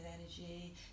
energy